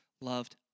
loved